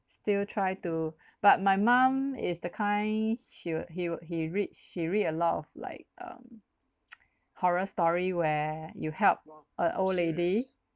still try to but my mum is the kind she would he would he read she read a lot of like um horror story where you help a old lady